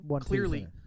clearly